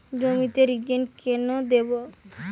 জমিতে রিজেন্ট কেন দেবো?